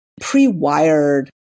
pre-wired